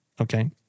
Okay